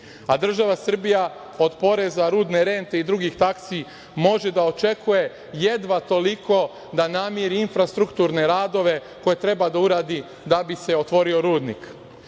a država Srbija od poreza rudne rente i drugih taksi može da očekuje jedva toliko da namiri infrastrukturne radove koje treba da uradi da bi se otvorio rudnik. Dragi